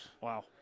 Wow